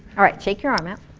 alright, shake your arm out.